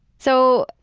so,